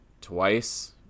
twice